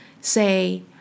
Say